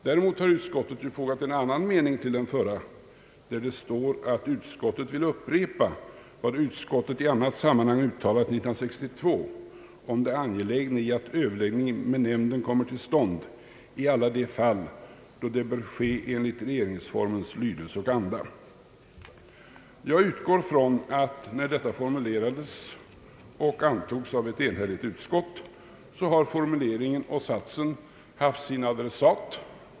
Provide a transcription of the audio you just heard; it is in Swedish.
Däremot har utskottet tillfogat en annan mening till den förra, där det står: » Utskottet vill upprepa vad utskottet i annat sammanhang uttalat 1962 om det angelägna i att överläggning med nämnden kommer till stånd i alla de fall, då det bör ske enligt regeringsformens lydelse och anda.» Jag utgår från att när detta formulerades och antogs av ett enhälligt utskott, hade formuleringen av satsen särskild adress.